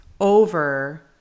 over